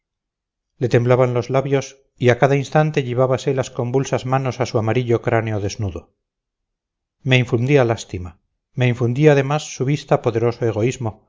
le temblaban los labios y a cada instante llevábase las convulsas manos a su amarillo cráneo desnudo me infundía lástima me infundía además su vista poderoso egoísmo